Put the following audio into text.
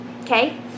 Okay